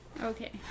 Okay